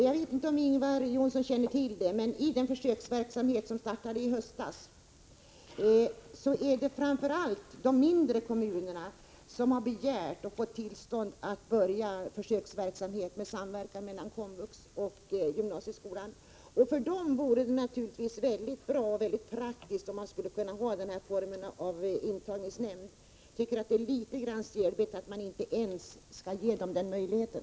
Jag vet inte om Ingvar Johnsson känner till det, men i den försöksverksamhet som startade i höstas är det framför allt de mindre kommunerna som begärt och fått tillstånd att börja försöksverksamhet med samverkan mellan komvux och gymnasieskolan. Och för dem vore det naturligtvis mycket praktiskt och bra om man kunde ha en gemensam intagningsnämnd. Jag tycker att det är litet stelbent att inte ens ge dem den möjligheten.